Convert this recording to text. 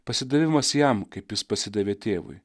pasidavimas jam kaip jis pasidavė tėvui